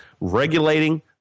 regulating